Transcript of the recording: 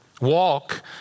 Walk